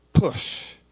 Push